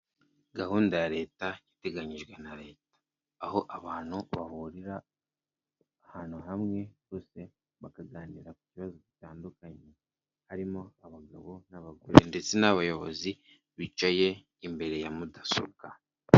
Gahunda ya leta iteganyijwe na leta, aho abantu bahurira ahantu hamwe bose bakaganira ku bibazo bitandukanye, harimo abagabo n'abagore ndetse n'abayobozi bicaye imbere ya mudasobwa.